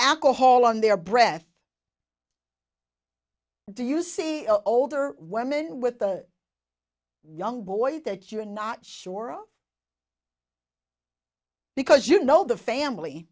alcohol on their breath do you see older women with a young boy that you're not sure of because you know the family